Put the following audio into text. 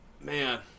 Man